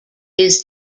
his